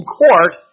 court